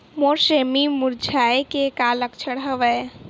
मोर सेमी मुरझाये के का लक्षण हवय?